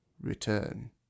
return